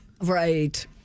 Right